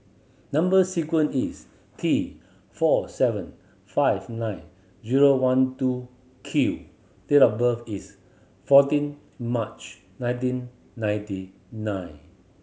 number sequence is T four seven five nine zero one two Q date of birth is fourteen March nineteen ninety nine